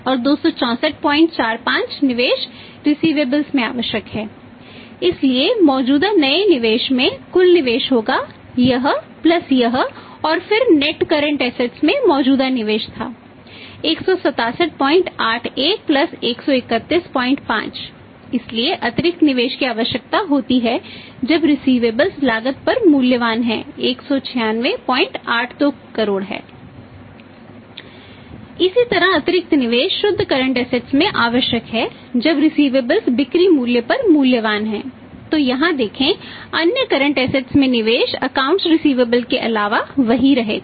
और 26445 निवेश रिसिवेबलस के अलावा वही रहेगा